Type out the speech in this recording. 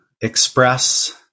express